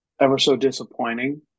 ever-so-disappointing